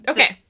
Okay